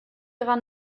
ihrer